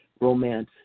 romance